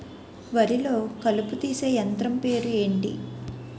వరి లొ కలుపు తీసే యంత్రం పేరు ఎంటి?